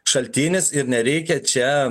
šaltinis ir nereikia čia